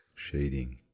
shading